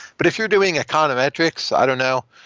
but if you're doing econometrics, i don't know.